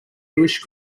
bluish